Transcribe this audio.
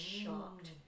shocked